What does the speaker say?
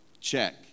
check